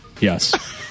Yes